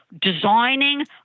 designing